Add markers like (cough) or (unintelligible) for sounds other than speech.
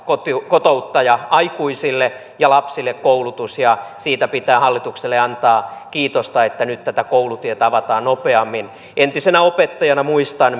kotouttaja aikuisille ja koulutus lapsille ja siitä pitää hallitukselle antaa kiitosta että nyt tätä koulutietä avataan nopeammin entisenä opettajana muistan (unintelligible)